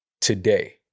today